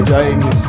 James